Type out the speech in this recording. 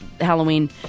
Halloween